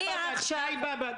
שי באב"ד.